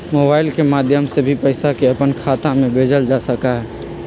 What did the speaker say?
mobile के माध्यम से भी पैसा के अपन खाता में भेजल जा सका हई